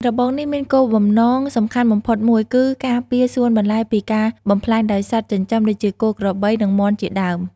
របងនេះមានគោលបំណងសំខាន់បំផុតមួយ គឺការពារសួនបន្លែពីការបំផ្លាញដោយសត្វចិញ្ចឹមដូចជា គោ ក្របី និងមាន់ជាដើម។